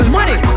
Money